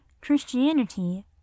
christianity